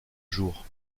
jour